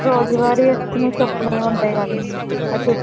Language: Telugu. రోజువారీ వేసుకునే చెప్పులు అవి ఉంటాయి కదండీ అవి